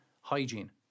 hygiene